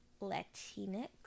Latinx